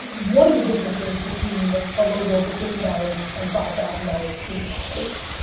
one of the differences between a logo for fifty dollars and five thousand dollars is hours.